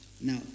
Now